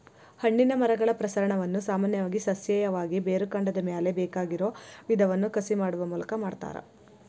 ಹಣ್ಣಿನ ಮರಗಳ ಪ್ರಸರಣವನ್ನ ಸಾಮಾನ್ಯವಾಗಿ ಸಸ್ಯೇಯವಾಗಿ, ಬೇರುಕಾಂಡದ ಮ್ಯಾಲೆ ಬೇಕಾಗಿರೋ ವಿಧವನ್ನ ಕಸಿ ಮಾಡುವ ಮೂಲಕ ಮಾಡ್ತಾರ